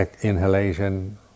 inhalation